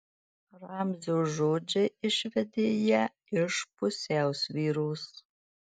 ramzio žodžiai išvedė ją iš pusiausvyros